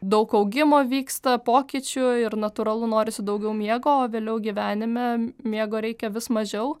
daug augimo vyksta pokyčių ir natūralu norisi daugiau miego o vėliau gyvenime miego reikia vis mažiau